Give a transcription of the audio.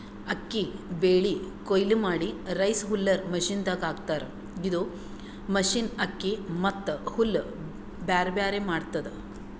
ಅಕ್ಕಿ ಬೆಳಿ ಕೊಯ್ಲಿ ಮಾಡಿ ರೈಸ್ ಹುಲ್ಲರ್ ಮಷಿನದಾಗ್ ಹಾಕ್ತಾರ್ ಇದು ಮಷಿನ್ ಅಕ್ಕಿ ಮತ್ತ್ ಹುಲ್ಲ್ ಬ್ಯಾರ್ಬ್ಯಾರೆ ಮಾಡ್ತದ್